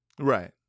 Right